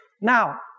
Now